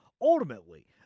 ultimately